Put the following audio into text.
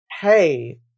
hey